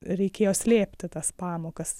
reikėjo slėpti tas pamokas